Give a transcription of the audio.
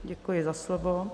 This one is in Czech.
Děkuji za slovo.